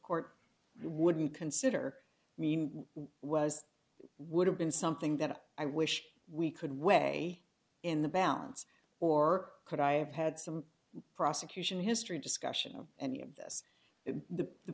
court would you consider mean was would have been something that i wish we could weigh in the balance or could i have had some prosecution history discussion of any of this is the the